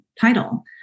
title